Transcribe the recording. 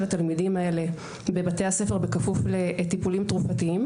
התלמידים האלה בבתי הספר בכפוף לטיפולים תרופתיים,